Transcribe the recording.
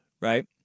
right